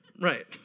right